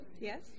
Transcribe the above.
Yes